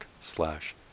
slash